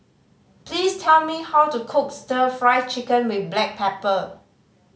please tell me how to cook Stir Fried Chicken with black pepper